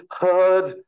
heard